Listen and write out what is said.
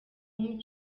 com